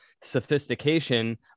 sophistication